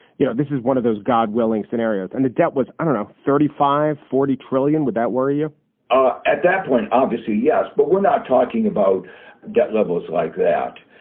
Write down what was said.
you know, this is one of those god willing scenarios and the debt was, i don't know, thirty five, forty trillion with that worry you ah at that point, obviously yes, but we're not talking about debt levels like that.